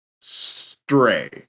stray